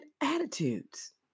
attitudes